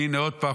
הינה עוד פעם,